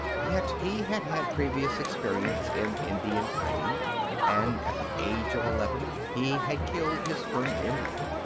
yet he had had previous experience in indian fighting and at the age of eleven he had killed his first indian.